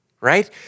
right